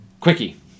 Quickie